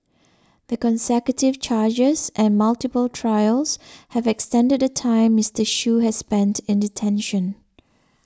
the consecutive charges and multiple trials have extended the time Mister Shoo has spent in detention